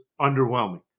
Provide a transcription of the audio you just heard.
underwhelming